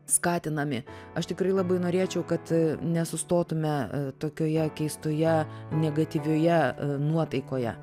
skatinami aš tikrai labai norėčiau kad nesustotume tokioje keistoje negatyvioje nuotaikoje